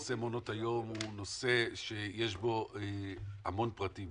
נושא מעונות היום הוא נושא שיש בו המון פרטים.